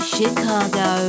Chicago